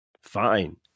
Fine